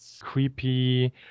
creepy